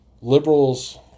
liberals